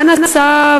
3. מה נעשה,